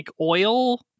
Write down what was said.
oil